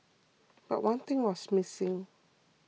but one thing was missing